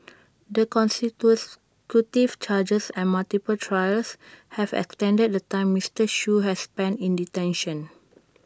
the consecutive charges and multiple trials have extended the time Mister Shoo has spent in detention